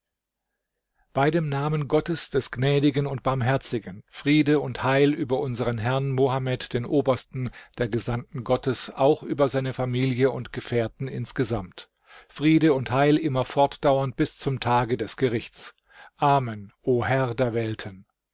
bei dem namen gottes des gnädigen und barmherzigen friede und heil über unsern herrn mohammed den obersten der gesandten gottes auch über seine familie und gefährten insgesamt friede und heil immer fortdauernd bis zum tage des gerichts amen o herr der welten